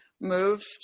moved